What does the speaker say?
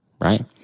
right